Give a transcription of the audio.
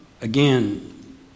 Again